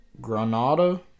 Granada